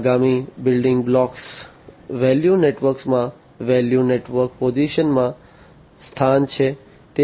આગામી building block value નેટવર્કમાં value network પોઝિશનમાં સ્થાન છે